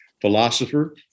philosopher